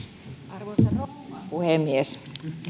arvoisa rouva puhemies